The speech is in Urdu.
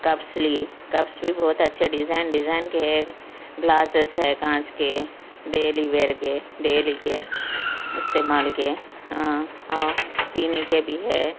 کپس لی کپس بھی بہت اچھے ڈیزائن ڈیزائن کے ہے گلاسیس ہے کانچ کے ڈیلی ویئر کے ڈیلی کے استعمال کے ہاں ہاں چینی کے بھی ہے